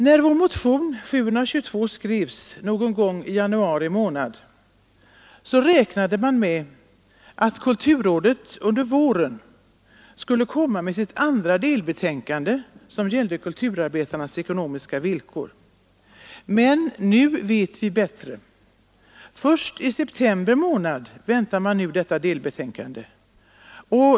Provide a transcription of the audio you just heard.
När vår motion 722 skrevs någon gång i januari månad räknade man med att kulturrådet under våren skulle framlägga sitt andra delbetänkande, som gäller kulturarbetarnas ekonomiska villkor. Men nu vet vi bättre. Först i september månad väntar man nu detta delbetänkande.